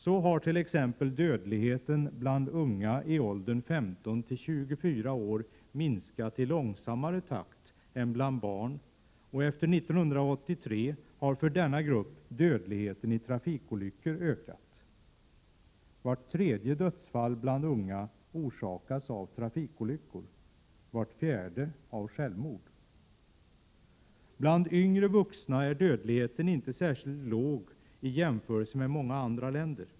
Så har t.ex. dödligheten bland unga i åldern 15-24 år minskat i långsammare takt än bland barn, och efter 1983 har för denna grupp dödligheten i trafikolyckor ökat. Vart tredje dödsfall bland unga orsakas av trafikolyckor, vart fjärde av självmord. Bland yngre vuxna är dödligheten inte särskilt låg i jämförelse med dödligheten i många andra länder.